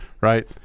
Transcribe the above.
right